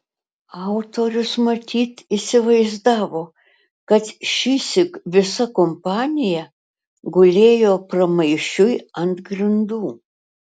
autorius matyt įsivaizdavo kad šįsyk visa kompanija gulėjo pramaišiui ant grindų